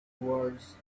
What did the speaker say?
words